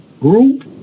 group